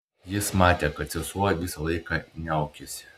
jis matė kad sesuo visą laiką niaukėsi